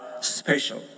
special